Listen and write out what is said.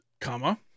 comma